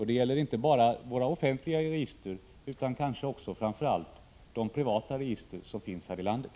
Det gäller inte bara våra offentliga register, utan kanske framför allt de privata register som finns här i landet.